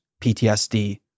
PTSD